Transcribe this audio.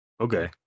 Okay